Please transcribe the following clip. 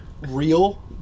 real